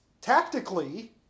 tactically